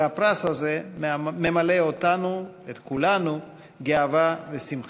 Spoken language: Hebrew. והפרס הזה ממלא אותנו, את כולנו, גאווה ושמחה.